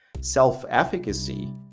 Self-efficacy